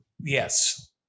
Yes